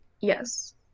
yes